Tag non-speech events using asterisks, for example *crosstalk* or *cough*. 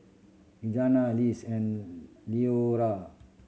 Regena *unintelligible* and Leora